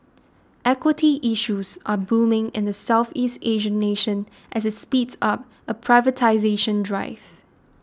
equity issues are booming in the Southeast Asian nation as it speeds up a privatisation drive